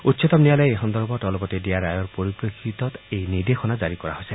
উচ্চতম ন্যায়ালয়ে এই সন্দৰ্ভত অলপতে দিয়া ৰায়ৰ পৰিপ্ৰেক্ষিতত এই নিৰ্দেশনা জাৰি কৰা হৈছে